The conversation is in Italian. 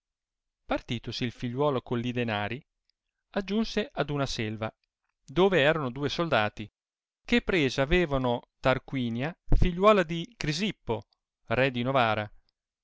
contentarete partitosi il figliuolo con li danari aggiunse ad una selva dove erano due soldati che presa avevano tarquinia figliuola di crisippo re di novara